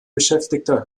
beschäftigter